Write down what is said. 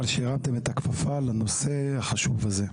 על שהרמתם את הכפפה לנושא החשוב הזה.